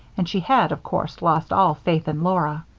and she had, of course, lost all faith in laura.